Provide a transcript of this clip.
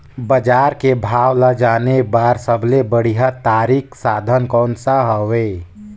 बजार के भाव ला जाने बार सबले बढ़िया तारिक साधन कोन सा हवय?